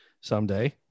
Someday